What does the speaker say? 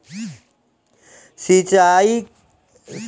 सिंचाई के तकनीकी चुनौतियां छै जलभराव, जल निकासी के समस्या छै